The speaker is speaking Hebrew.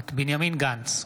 נוכחת בנימין גנץ,